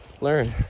Learn